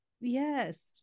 Yes